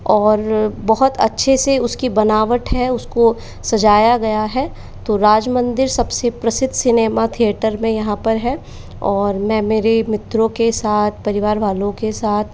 और बहुत अच्छे से उसकी बनावट है उसको सजाया गया है तो राजमंदिर सबसे प्रसिद्ध सिनेमा थिएटर में यहाँ पर है और मैं मेरे मित्रों के साथ परिवार वालों के साथ